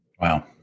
Wow